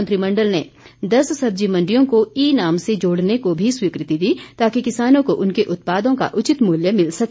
मंत्रिमंडल ने दस सब्जी मंडियों को ई नाम से जोड़ने को भी स्वीकृति दी ताकि किसानों को उनके उत्पादों का उचित मूल्य मिल सके